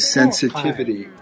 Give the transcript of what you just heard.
sensitivity